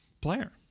player